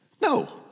No